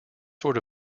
sort